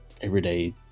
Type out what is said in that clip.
everyday